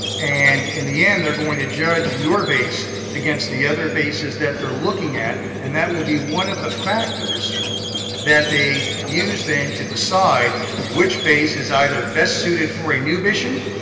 and in the end, they are going to judge your base against the other bases that they are looking at, and that will be one of the factors that they use then to decide which base is either best suited for a new mission,